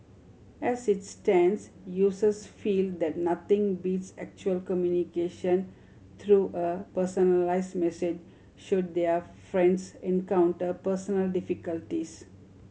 as it stands users feel that nothing beats actual communication through a personalised message should their friends encounter personal difficulties